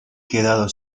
quedado